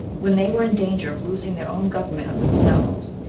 when they were in danger of losing their own government of themselves,